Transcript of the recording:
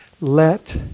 let